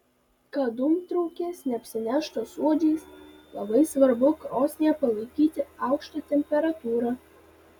kad dūmtraukis neapsineštų suodžiais labai svarbu krosnyje palaikyti aukštą temperatūrą